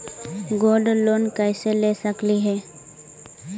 Gold loan कैसे ले सकली हे?